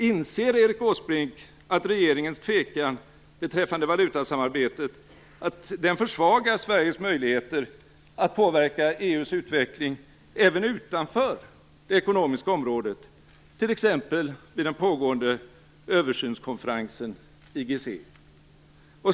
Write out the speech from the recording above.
Inser Erik Åsbrink att regeringens tvekan beträffande valutasamarbetet försvagar Sveriges möjligheter att påverka EU:s utveckling även utanför det ekonomiska området, t.ex. vid den pågående översynskonferensen IGC?